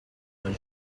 日本